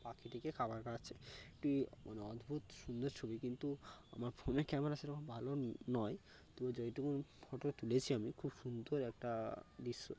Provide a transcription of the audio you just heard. পাখিটিকে খাবার খাওয়াচ্ছে একটি মানে অদ্ভূত সুন্দর ছবি কিন্তু আমার ফোনে ক্যামেরা সে রকম ভালো নয় তবু যেটুকু ফোটো তুলেছি আমি খুব সুন্দর একটা দৃশ্য